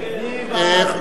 ואני אשיב לך.